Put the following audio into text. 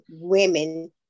women